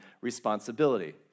responsibility